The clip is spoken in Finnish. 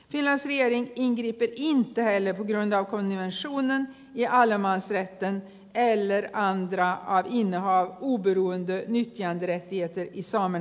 kyllä viereen ja petri helin aina kun jo ensi vuonna ja olemaan se että det har tagit nästan ett kvartssekel men nu är vi där